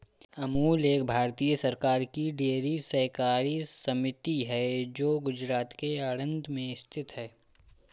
अमूल एक भारतीय सरकार की डेयरी सहकारी समिति है जो गुजरात के आणंद में स्थित है